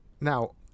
Now